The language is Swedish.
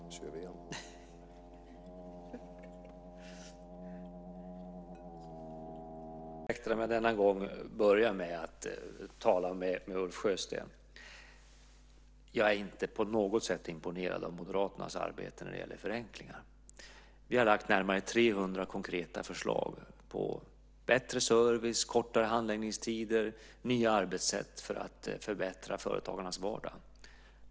Fru talman! Jag hoppas att Gunnar Andrén ursäktar om jag denna gång börjar med att bemöta Ulf Sjösten. Jag är inte på något sätt imponerad över Moderaternas arbete för förenklingar. Vi har lagt fram närmare 300 konkreta förlag på bättre service, kortare handläggningstider och nya arbetssätt för att förbättra företagarnas vardag.